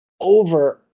over